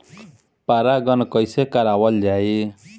परागण कइसे करावल जाई?